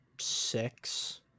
six